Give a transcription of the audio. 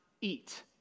eat